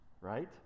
right